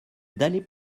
d’aller